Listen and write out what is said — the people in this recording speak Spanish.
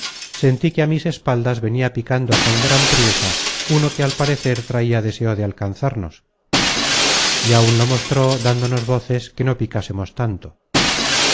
sentí que á mis espaldas venia picando con gran priesa uno que al parecer traia deseo de alcanzarnos y áun lo mostró dándonos voces que no picásemos tanto